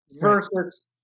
versus